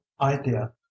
idea